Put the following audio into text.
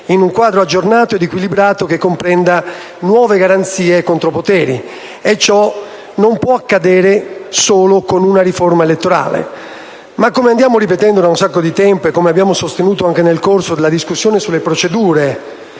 in un quadro aggiornato ed equilibrato che comprenda nuove garanzie e contropoteri. E ciò non può accadere solo con una riforma elettorale. Ma, come andiamo ripetendo da un sacco di tempo e come abbiamo sostenuto anche nel corso della discussione sulle procedure